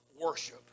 worship